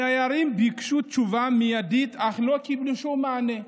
הדיירים ביקשו תשובה מיידית, אך לא קיבלו כל מענה.